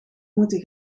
moeten